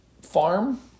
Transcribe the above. Farm